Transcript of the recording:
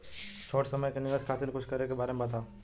छोटी समय के निवेश खातिर कुछ करे के बारे मे बताव?